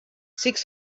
six